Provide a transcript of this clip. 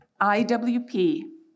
IWP